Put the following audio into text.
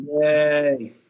Yay